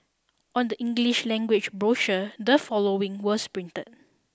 on the English language brochure the following was printed